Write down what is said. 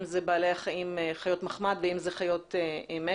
אם זה חיות מחמד ואם זה חיות משק.